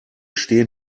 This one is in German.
stehen